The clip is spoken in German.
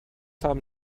haben